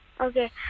Okay